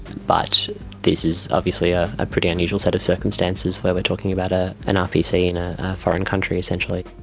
but this is obviously ah a pretty unusual set of circumstances where we are talking about ah an rpc in a foreign country essentially.